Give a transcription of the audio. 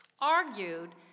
argued